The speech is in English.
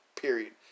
period